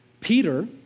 Peter